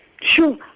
Sure